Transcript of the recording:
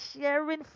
sharing